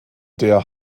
der